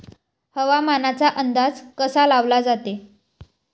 हवामानाचा अंदाज कसा लावला जाते?